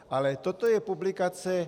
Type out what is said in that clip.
Ale toto je publikace.